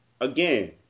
Again